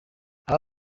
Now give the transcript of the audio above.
aba